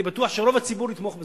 אני בטוח שרוב הציבור יתמוך בזה.